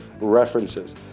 references